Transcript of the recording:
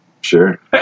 Sure